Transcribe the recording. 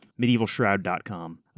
MedievalShroud.com